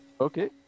Okay